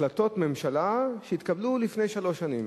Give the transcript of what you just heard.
החלטות ממשלה שהתקבלו לפני שלוש שנים.